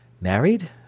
Married